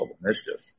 Mischief